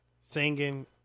singing